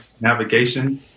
navigation